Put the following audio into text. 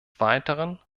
weiteren